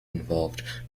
involve